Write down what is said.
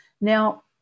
Now